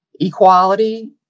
equality